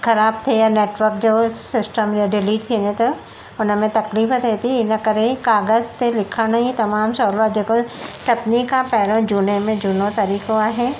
ख़राब थिए या नेटवक जो सिस्टम में डिलीट थी वञे त हुन में तकलीफ़ थिए थी इनकरे काग़ज़ु ते लिखण ई तमामु सहूलो जेको आहे सभिनी खां पहिरों झूने में झूनो तरीक़ो आहे